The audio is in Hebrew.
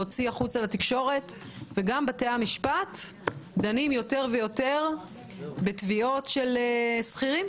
להוציא החוצה לתקשורת וגם בתי המשפט דנים יותר ויותר בתביעות של שכירים